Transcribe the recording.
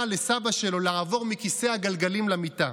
לסבא שלו לעבור מכיסא הגלגלים למיטה,